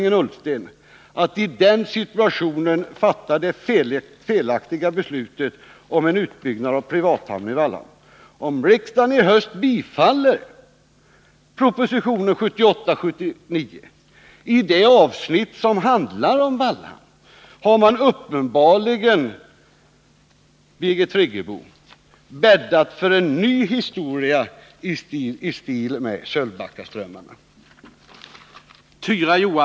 nad av Vallhamn Jag tycker det var att visa dåligt omdöme att regeringen Ullsten i den på Tjörn avsnitt som handlar om Vallhamn har man uppenbarligen, Birgit Friggebo, bäddat för en ny historia i stil med Sölvbackaströmmarna.